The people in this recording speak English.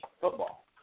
football